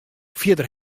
fierder